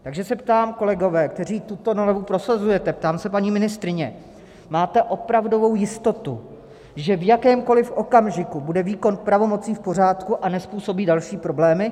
Takže se ptám, kolegové, kteří tuto novelu prosazujete, ptám se, paní ministryně: máte opravdovou jistotu, že v jakémkoliv okamžiku bude výkon pravomocí v pořádku a nezpůsobí další problémy?